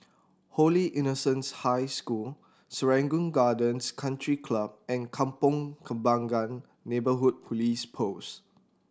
Holy Innocents' High School Serangoon Gardens Country Club and Kampong Kembangan Neighbourhood Police Post